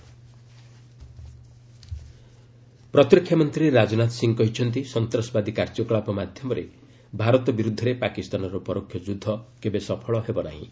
NDA Rajnath ପ୍ରତିରକ୍ଷା ମନ୍ତ୍ରୀ ରାଜନାଥ ସିଂ କହିଛନ୍ତି ସନ୍ତାସବାଦୀ କାର୍ଯ୍ୟକଳାପ ମାଧ୍ୟମରେ ଭାରତ ବିରୁଦ୍ଧରେ ପାକିସ୍ତାନର ପରୋକ୍ଷ ଯୁଦ୍ଧ କେବେ ସଫଳ ହେବନାହିଁ